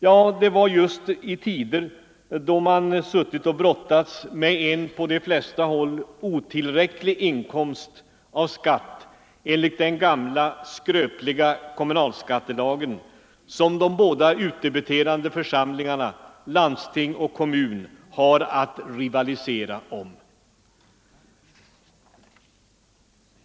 Ja, det var just i tider då man suttit och brottats med en på de flesta håll otillräcklig inkomst av skatt enligt den gamla skröpliga kommunalskattelagen, som de båda utdebiterande församlingarna — landsting och kommun -— har att rivalisera om.